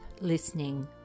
listening